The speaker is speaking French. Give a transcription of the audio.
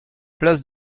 place